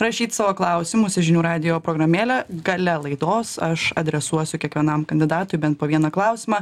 rašyt savo klausimus į žinių radijo programėlę gale laidos aš adresuosiu kiekvienam kandidatui bent po vieną klausimą